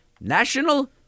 National